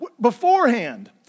beforehand